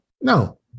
no